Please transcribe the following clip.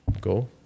go